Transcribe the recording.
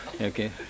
okay